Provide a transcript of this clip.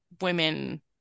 women